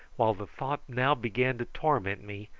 while the thought now began to torment me,